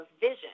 vision